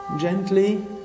Gently